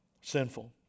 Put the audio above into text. Sinful